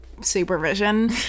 supervision